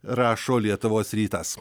rašo lietuvos rytas